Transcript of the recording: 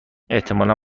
احتمالا